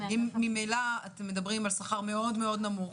ממילא אתם מדברים על שכר מאוד נמוך.